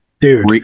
dude